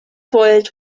voyage